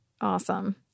Awesome